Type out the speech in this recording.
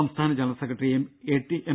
സംസ്ഥാന general secretary M